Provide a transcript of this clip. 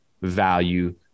value